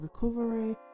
recovery